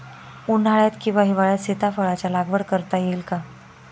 उन्हाळ्यात किंवा हिवाळ्यात सीताफळाच्या लागवड करता येईल का?